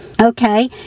Okay